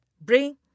bring